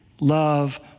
Love